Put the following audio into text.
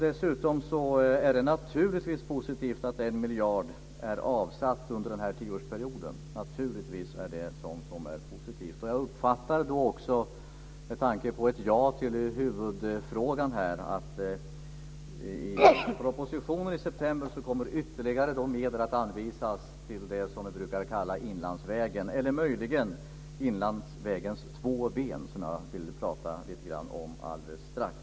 Dessutom är det naturligtvis positivt att 1 miljard är avsatt under tioårsperioden. Det blev ett ja på huvudfrågan. Jag uppfattade också att i propositionen i september kommer ytterligare medel att anvisas till det vi brukar kalla Inlandsvägen, eller möjligen Inlandsvägens två ben, som jag vill tala lite grann om alldeles strax.